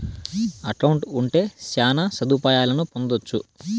account ఉంటే శ్యాన సదుపాయాలను పొందొచ్చు